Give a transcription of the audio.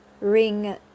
ring